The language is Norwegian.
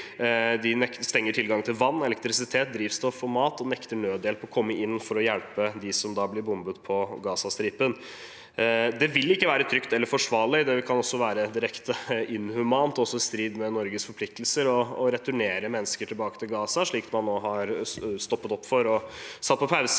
De stenger tilgang til vann, elektrisitet, drivstoff og mat og nekter nødhjelp å komme inn for å hjelpe dem som blir bombet på Gazastripen. Det vil ikke være trygt eller forsvarlig – det kan også være direkte inhumant og i strid med Norges forpliktelser – å returnere mennesker til Gaza, som man nå har stoppet opp og satt på pause,